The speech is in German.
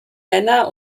männer